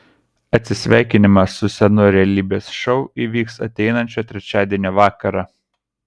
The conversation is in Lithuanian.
atsisveikinimas su senu realybės šou įvyks ateinančio trečiadienio vakarą